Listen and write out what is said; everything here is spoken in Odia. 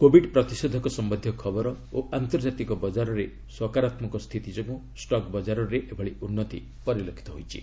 କୋଭିଡ ପ୍ରତିଷେଧକ ସମ୍ଭନ୍ଧୀୟ ଖବର ଓ ଆନ୍ତର୍ଜାତିକ ବଜାରରେ ସକାରାତ୍ମକ ସ୍ଥିତି ଯୋଗୁଁ ଷ୍ଟକ ବଜାରରେ ଏଭଳି ଉନ୍ନତି ପରିଲକ୍ଷିତ ହେଉଛି